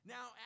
Now